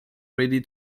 ready